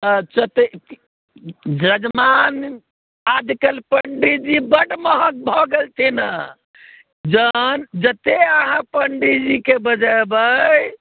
अच्छा तऽ यजमान आजकल पंडीजी बड महग भए गेलथिन हँ जहन जते अहाँ पण्डीजीके बजेबै